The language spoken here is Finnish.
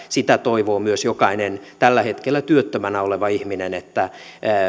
sitä toivoo myös jokainen tällä hetkellä työttömänä oleva ihminen että